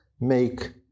make